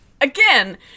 again